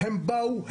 הם באו,